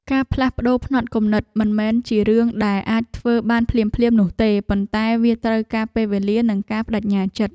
ការផ្លាស់ប្តូរផ្នត់គំនិតមិនមែនជារឿងដែលអាចធ្វើបានភ្លាមៗនោះទេ ប៉ុន្តែវាត្រូវការពេលវេលានិងការប្តេជ្ញាចិត្ត។